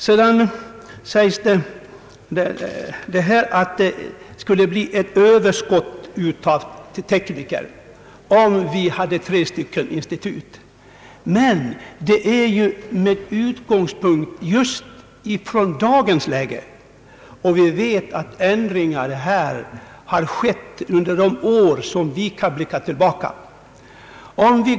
Det sägs att det skulle uppstå ett överskott av tekniker om vi hade tre institut. Om vi utgår från dagens läge konstaterar vi att ändringar skett unde de år som vi kan blicka tillbaka på.